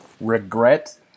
regret